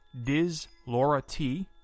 DizLauraT